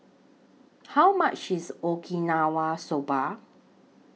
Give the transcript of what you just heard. How much IS Okinawa Soba